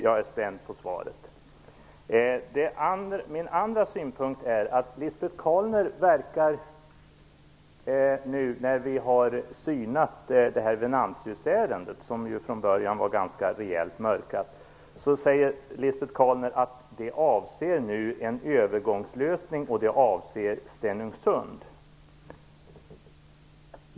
Jag är spänd på svaret. Min andra synpunkt gäller att Lisbet Calner, när vi nu har synat Venantiusärendet som från början var ganska rejält mörkat, säger att det avser en övergångslösning och att det avser Stenungsund.